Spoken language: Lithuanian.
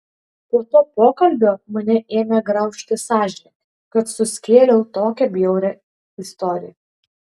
po to pokalbio mane ėmė graužti sąžinė kad suskėliau tokią bjaurią istoriją